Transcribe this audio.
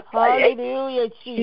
Hallelujah